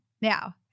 now